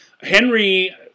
Henry